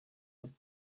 would